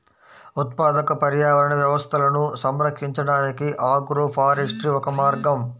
ఉత్పాదక పర్యావరణ వ్యవస్థలను సంరక్షించడానికి ఆగ్రోఫారెస్ట్రీ ఒక మార్గం